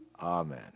Amen